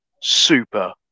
super